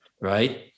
right